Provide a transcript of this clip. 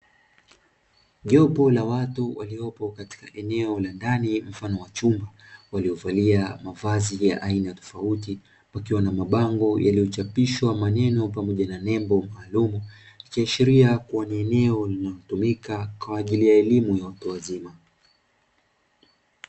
Jopo la watu waliopo katika eneo la ndani mfano wa chumba waliovalia mavazi ya aina tofauti wakiwa na mabango yaliyochapishwa maneno pamoja na nembo maalumu ikiashiria kuwa ni eneo linalotumika kwa ajili ya elimu ya watu wazima.